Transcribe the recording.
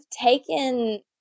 taken